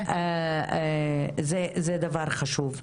זה דבר חשוב.